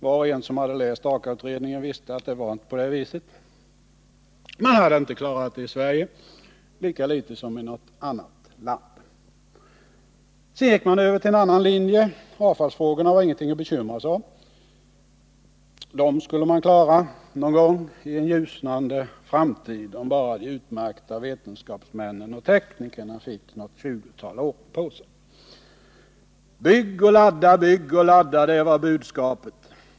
Var och en som läst AKA-utredningen visste att det inte var på det viset. Man hade inte klarat av den frågan i Sverige lika litet som i något annat land. Senare gick man över till en annan linje: avfallsfrågorna var ingenting att bekymra sig för. Dem skulle man klara av någon gång i en ljusnande framtid, om bara de utmärkta vetenskapsmännen och teknikerna fick något 20-tal år på sig. Bygg och ladda, bygg och ladda — det var budskapet.